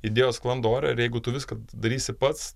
idėjos sklando ore ir jeigu tu viską darysi pats